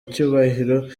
icyubahiro